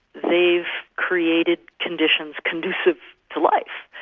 they've created conditions conducive to life,